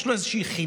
יש לו איזו חיבה,